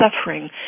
suffering